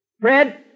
Fred